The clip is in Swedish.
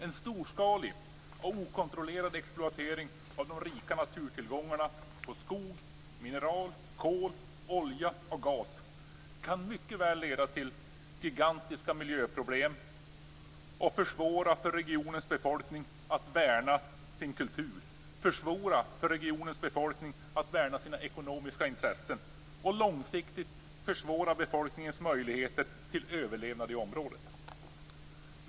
En storskalig och okontrollerad exploatering av de rika naturtillgångarna på skog, mineral, kol, olja och gas kan mycket väl leda till gigantiska miljöproblem och försvåra för regionens befolkning att värna sin kultur och att värna sina ekonomiska intressen. Det skulle långsiktigt försvåra befolkningens möjligheter till överlevnad i området.